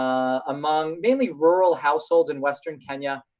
among mainly rural households in western kenya.